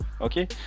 okay